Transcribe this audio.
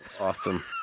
awesome